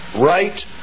right